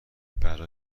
برا